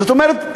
זאת אומרת,